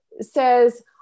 says